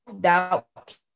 doubt